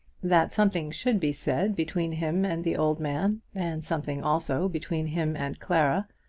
that something should be said between him and the old man, and something also between him and clara,